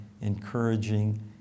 encouraging